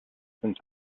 since